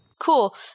Cool